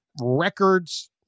records